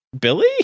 Billy